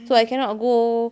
so I cannot go